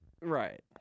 Right